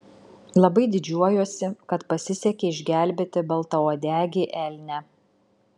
labai didžiuojuosi kad pasisekė išgelbėti baltauodegį elnią